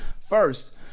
first